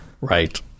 right